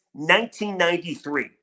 1993